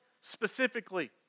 specifically